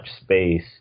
space